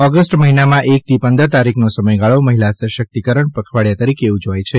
August મહિનામાં એકથી પંદર તારીખનો સમયગાળો મહિલા સશક્તિકરણ પખવાડિયા તરીકે ઉજવાય છે